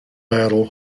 battle